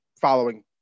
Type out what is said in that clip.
following